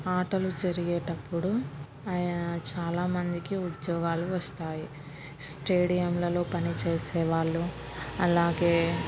ఆటలు జరిగేటప్పుడు ఆ చాలామందికి ఉద్యోగాలు వస్తాయి స్టేడియంలలో పని చేసేవాళ్ళు అలాగే